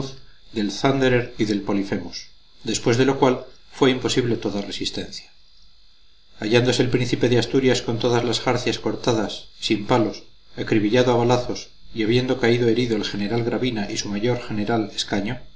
del thunderer y del poliphemus después de lo cual fue imposible toda resistencia hallándose el príncipe de asturias con todas las jarcias cortadas sin palos acribillado a balazos y habiendo caído herido el general gravina y su mayor general escaño